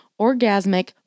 orgasmic